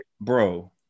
bro